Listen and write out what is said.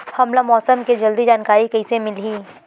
हमला मौसम के जल्दी जानकारी कइसे मिलही?